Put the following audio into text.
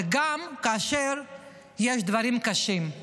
אבל גם כאשר יש דברים קשים,